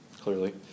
clearly